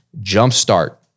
jumpstart